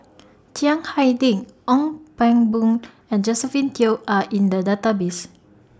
Chiang Hai Ding Ong Pang Boon and Josephine Teo Are in The Database